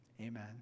Amen